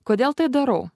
kodėl tai darau